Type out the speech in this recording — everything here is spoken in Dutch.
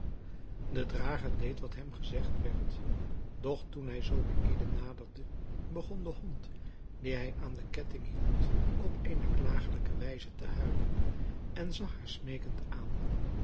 de drager deed wat hem gezegd werd doch toen hij zobeïde naderde begon de hond die hij aan de ketting hield op eene klagelijke wijze te huilen en zag haar smeekend aan